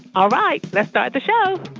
all right, let's start the show